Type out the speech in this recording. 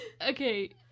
Okay